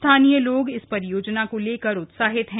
स्थानीय लोग इस परियोजना को लेकर उत्साहित है